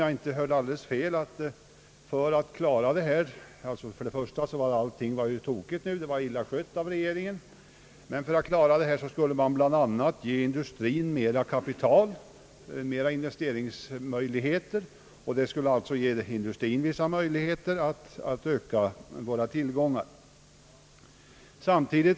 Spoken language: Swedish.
jag inte hörde alldeles fel sade herr Dahlén — sedan han först sagt att alltsammans förstås var tokigt och illa skött av regeringen — att man bl.a. skulle ge industrien mer kapital och fler investeringsmöjligheter. Det skulle alltså ge industrien vissa möjligheter att öka våra tillgångar.